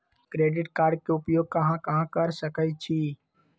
Credit card के उपयोग कहां कहां कर सकईछी?